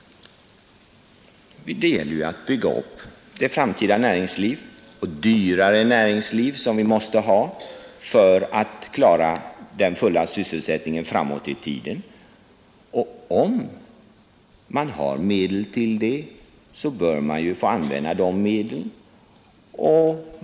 Det gäller ju att bygga upp det framtida, dyrare näringsliv som vi måste ha för att klara den fulla sysselsättningen framåt i tiden, och om man har medel till det, så bör man få använda dem.